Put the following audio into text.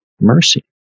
Mercy